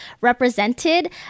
represented